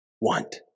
want